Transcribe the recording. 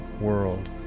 world